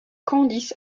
candice